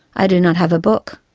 i do not have a book.